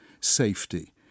safety